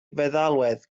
feddalwedd